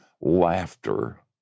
laughter